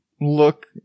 look